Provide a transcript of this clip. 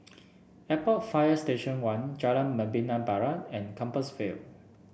Airport Fire Station One Jalan Membina Barat and Compassvale